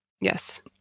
Yes